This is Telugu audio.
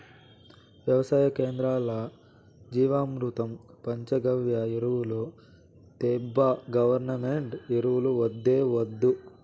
వెవసాయ కేంద్రాల్ల జీవామృతం పంచగవ్య ఎరువులు తేబ్బా గవర్నమెంటు ఎరువులు వద్దే వద్దు